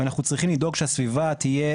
אנחנו צריכים לדאוג שהסביבה תהיה